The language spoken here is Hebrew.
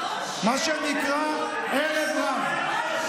מה שנקרא, ערב רב.